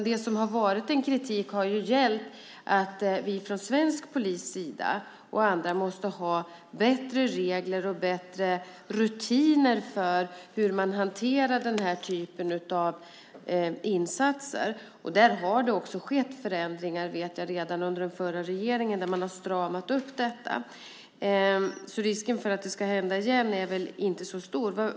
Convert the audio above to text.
Det kritiken har gällt är att svensk polis och andra måste ha bättre regler och bättre rutiner för hur man hanterar den här typen av insatser. Där vet jag att det redan har skett förändringar under den förra regeringen som har stramat upp detta, så risken för att det ska hända igen är väl inte så stor.